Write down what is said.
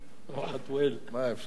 (אומר בשפה הערבית: אני אאריך.) מה אפשר לעשות?